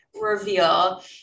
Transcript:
reveal